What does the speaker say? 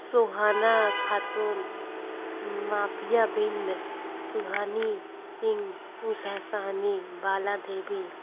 सुहाना खातून माफिया बिंद सुहानी सिंह उषा सहानी बाला देवी